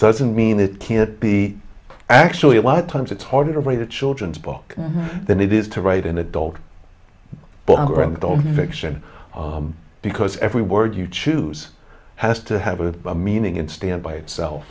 doesn't mean it can't be actually a lot of times it's harder to write a children's book than it is to write an adult fiction because every word you choose has to have a meaning and stand by itself